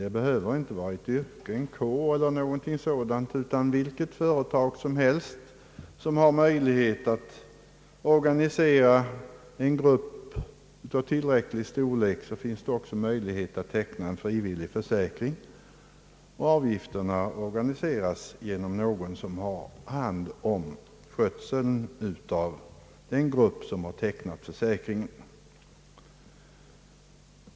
Det behöver inte vara en yrkesgrupp, en kår eller någonting sådant, utan varje företag som kan organisera en grupp av tillräcklig storlek har också möjlighet att teckna en frivillig försäkring. Avgifterna inkasseras av någon som har hand om skötseln av den grupp som har tecknat försäkringen.